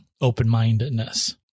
open-mindedness